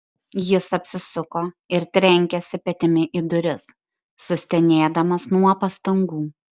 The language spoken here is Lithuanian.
jis apsisuko ir trenkėsi petimi į duris sustenėdamas nuo pastangų